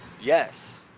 Yes